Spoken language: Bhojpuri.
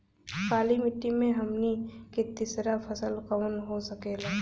काली मिट्टी में हमनी के तीसरा फसल कवन हो सकेला?